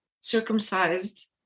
circumcised